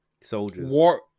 soldiers